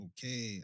Okay